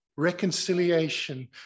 reconciliation